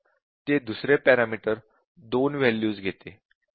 ते दुसरे parameter 2 values घेते